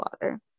water